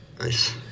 Nice